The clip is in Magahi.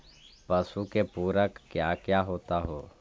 पशु के पुरक क्या क्या होता हो?